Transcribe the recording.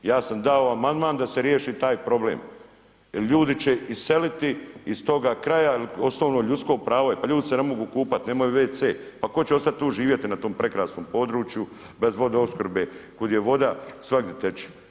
Ja sam dao amandman da se riješi taj problem jer ljudi će iseliti iz toga kraja jer osnovno ljudsko pravo, pa ljudi se ne mogu kupati, nemaju wc, pa tko će ostati tu živjeti na tom prekrasnom području bez vodoopskrbe, kud je voda, svagdje teče.